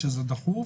כשזה דחוף,